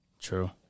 True